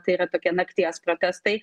tai yra tokie nakties protestai